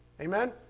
Amen